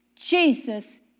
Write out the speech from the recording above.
Jesus